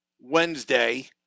Wednesday